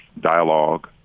dialogue